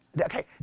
okay